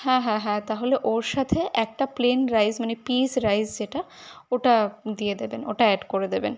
হ্যাঁ হ্যাঁ হ্যাঁ তাহলে ওর সাথে একটা প্লেন রাইস মানে পিস রাইস যেটা ওটা দিয়ে দেবেন ওটা অ্যাড করে দেবেন